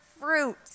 fruit